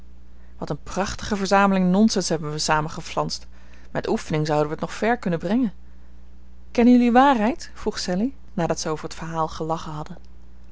wat een prachtige verzameling nonsens hebben we samen geflansd met oefening zouden we het nog ver kunnen brengen kennen jullie waarheid vroeg sallie nadat zij over het verhaal gelachen hadden